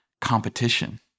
competition